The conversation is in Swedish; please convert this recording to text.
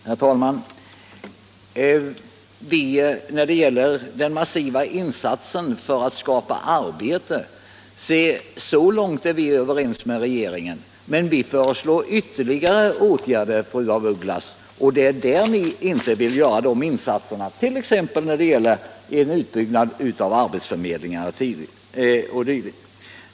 Herr talman! När det gäller den massiva insatsen för att skapa arbete är vi överens med regeringen. Men vi föreslår ytterligare åtgärder, fru af Ugglas, och det är de insatserna ni inte vill göra, t.ex. när det gäller en utbyggnad av arbetsförmedlingarna.